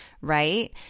right